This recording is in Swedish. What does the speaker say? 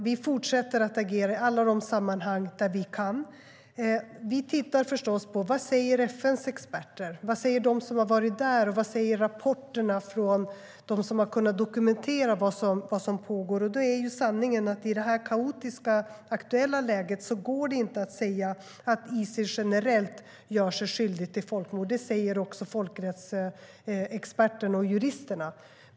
Vi fortsätter att agera i alla de sammanhang vi kan. Vi tittar förstås på vad FN:s experter säger. Vad säger de som har varit där? Vad säger rapporterna från dem som har kunnat dokumentera det som pågår? Sanningen är att i det aktuella kaotiska läget går det inte att säga att Isil generellt gör sig skyldig till folkmord. Det säger också folkrättsexperterna och juristerna.